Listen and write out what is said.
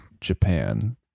Japan